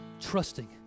trusting